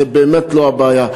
זה באמת לא הבעיה.